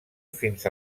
fins